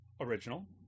Original